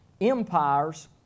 Empires